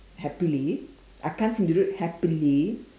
happily I can't seem to do it happily